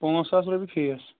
پانٛژھ ساس رۄپییہِ فیٖس